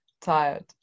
tired